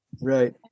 Right